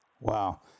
Wow